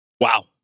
Wow